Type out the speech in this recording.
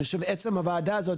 עצם הוועדה הזאת,